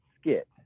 skit